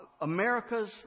America's